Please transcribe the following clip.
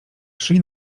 szli